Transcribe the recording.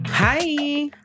Hi